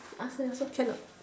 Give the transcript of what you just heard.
ask her you ask her can or not